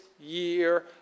year